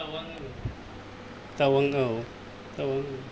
दावां औ दावां